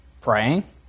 praying